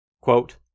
quote